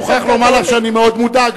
אני מוכרח לומר לך שאני מאוד מודאג,